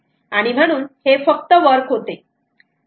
आणि म्हणूनच हे फक्त वर्क होते